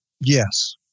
Yes